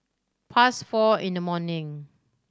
past four in the morning